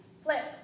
flip